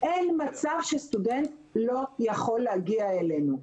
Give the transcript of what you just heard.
אין מצב שסטודנט לא יכול להגיע אלינו.